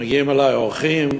מגיעים אלי אורחים,